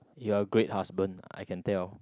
you're great husband I can tell